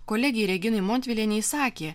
kolegei reginai montvilienei sakė